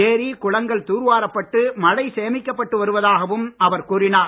ஏரி குளங்கள் தூர்வாரப்பட்டு மழை சேமிக்கப்பட்டு வருவதாகவும் அவர் கூறினார்